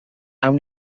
awn